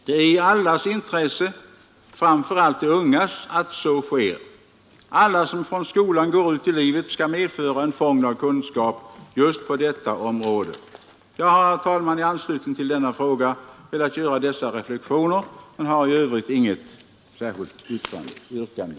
Det är i allas intresse — framför allt de ungas — att så sker. Alla som från skolan går ut i livet skall medföra en fond av kunskap just på detta område. Jag har, herr talman, i anslutning till denna fråga velat göra dessa reflexioner men har inget yrkande.